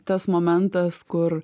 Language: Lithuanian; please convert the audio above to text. tas momentas kur